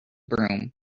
broom